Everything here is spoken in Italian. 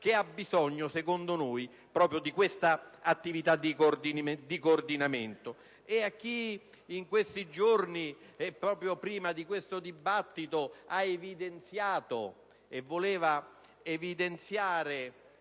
che ha bisogno, secondo noi, proprio di questa attività di coordinamento. E a chi in questi giorni e prima di questo dibattito ha evidenziato che siamo